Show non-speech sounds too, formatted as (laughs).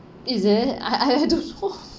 is it I I don't know (laughs)